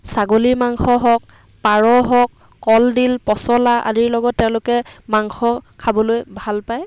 ছাগলীৰ মাংস হওক পাৰ হওক কলডিল পচলা আদিৰ লগত তেওঁলোকে মাংস খাবলৈ ভাল পায়